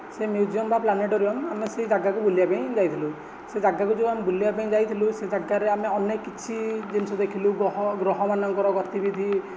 ସେ ମିଉଜିଅମ୍ ବା ପ୍ଲାନେଟୋରିଓମ୍ ଆମେ ସେ ଜାଗାକୁ ବୁଲିବା ପାଇଁ ଯାଇଥିଲୁ ସେ ଜାଗାକୁ ଯେଉଁ ଆମେ ବୁଲିବାକୁ ଯାଇଥିଲୁ ସେ ଜାଗାରେ ଆମେ ଅନେକ କିଛି ଜିନିଷ ଦେଖିଲୁ ଗ୍ରହ ଗ୍ରହମାନଙ୍କର ଗତିବିଧି